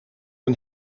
een